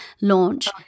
launch